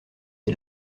est